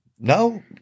no